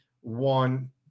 one